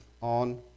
on